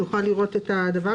ובהמשך נוכל לראות את זה,